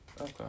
Okay